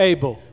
Abel